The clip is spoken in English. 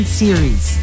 series